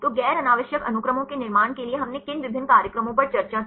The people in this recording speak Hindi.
तो नॉन रेडंडेंट अनुक्रमों के निर्माण के लिए हमने किन विभिन्न कार्यक्रमों पर चर्चा की